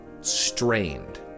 strained